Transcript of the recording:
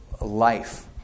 life